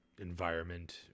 environment